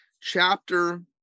chapter